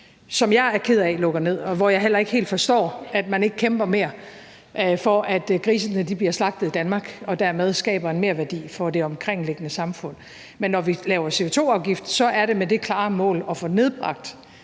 som jeg er ked af lukker ned, og hvor jeg heller ikke helt forstår, at man ikke kæmper mere for, at grisene bliver slagtet i Danmark, og dermed skaber en merværdi for det omkringliggende samfund. Men når vi laver CO2-afgift, er det med det klare mål at få nedbragt